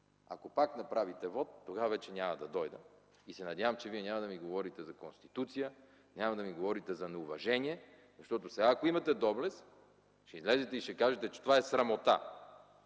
ако пак направите вот, тогава вече няма да дойда и се надявам, че вие няма да ми говорите за Конституция, няма да ми говорите за неуважение, защото сега ако имате доблест, ще излезете и ще кажете, че това е срамота!